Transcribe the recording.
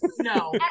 No